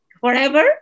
Forever